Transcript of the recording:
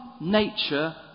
nature